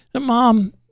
Mom